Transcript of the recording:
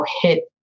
hit